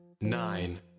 Nine